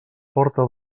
porta